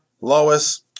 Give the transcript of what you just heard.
Lois